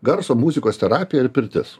garso muzikos terapija ir pirtis